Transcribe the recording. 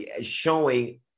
showing